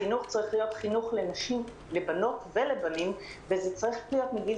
החינוך צריך להיות חינוך לבנות ולבנים וזה צריך להיות מגיל